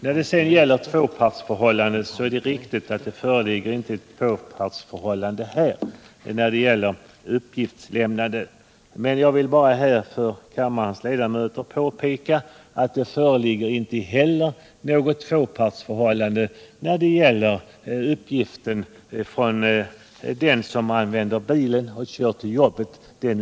När det sedan gäller tvåpartsförhållandet är det riktigt att det inte föreligger ett sådant, men jag vill för kammarens ledamöter påpeka att det inte heller föreligger något tvåpartsförhållande när det gäller uppgifter från den som använder sin bil för att köra till jobbet.